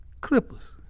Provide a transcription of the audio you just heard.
clippers